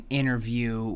interview